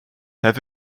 have